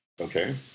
okay